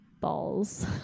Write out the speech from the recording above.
balls